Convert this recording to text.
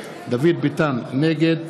נגד